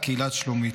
ובהצדעה, קהילת שלומית.